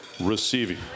receiving